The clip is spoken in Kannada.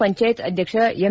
ಪಂಚಾಯತ್ ಅಧ್ಯಕ್ಷ ಎಂ